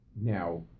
Now